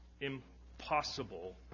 impossible